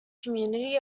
community